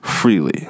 Freely